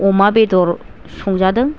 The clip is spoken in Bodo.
अमा बेदर संजादों